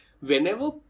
whenever